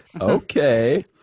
Okay